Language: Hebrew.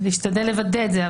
להשתדל לוודא את זה.